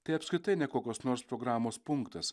tai apskritai ne kokios nors programos punktas